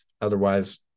otherwise